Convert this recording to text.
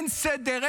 אין סדר,